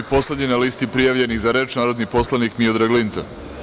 Poslednji na listi prijavljenih za reč je narodni poslanik Miodrag Linta.